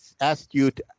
astute